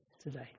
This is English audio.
today